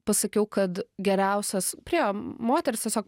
pasakiau kad geriausias priėjo moteris tiesiog